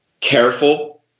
careful